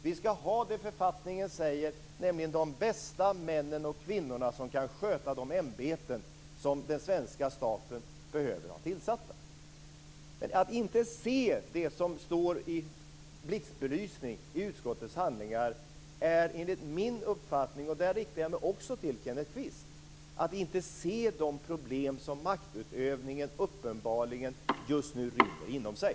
Vi ska ha det författningen säger, nämligen de bästa männen och kvinnorna som kan sköta de ämbeten som den svenska staten behöver ha tillsatta. Man ser inte det som står i blixtbelysning i utskottets handlingar - här riktar jag mig även till Kenneth Kvist. Man ser inte de problem som maktutövningen uppenbarligen just nu rymmer inom sig.